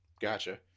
Gotcha